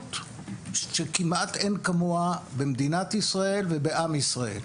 שותפות שכמעט אין כמוה במדינת ישראל ובעם ישראל.